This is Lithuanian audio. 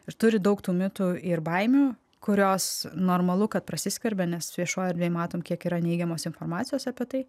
ir turi daug tų mitų ir baimių kurios normalu kad prasiskverbia nes viešoj erdvėj matom kiek yra neigiamos informacijos apie tai